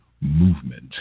Movement